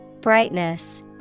Brightness